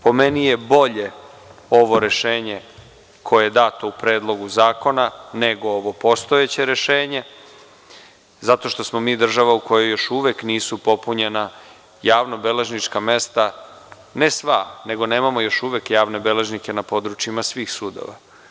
Po meni je bolje ovo rešenje koje je dato u Predlogu zakona, nego ovo postojeće rešenje, zato što smo država u kojoj još uvek nisu popunjena javnobeležnička mesta ne sva, nego nemamo još uvek javne beležnike na područjima svih sudova.